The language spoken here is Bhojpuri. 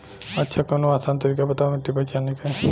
अच्छा कवनो आसान तरीका बतावा मिट्टी पहचाने की?